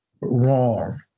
wrong